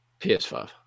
PS5